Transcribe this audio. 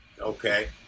Okay